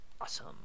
awesome